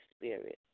Spirit